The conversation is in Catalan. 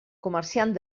comerciant